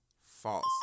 False